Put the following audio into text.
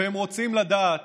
והם רוצים לדעת